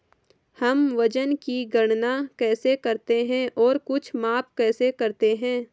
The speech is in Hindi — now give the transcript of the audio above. हम वजन की गणना कैसे करते हैं और कुछ माप कैसे करते हैं?